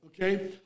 Okay